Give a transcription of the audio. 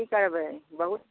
की करबै बहुत